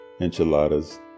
enchiladas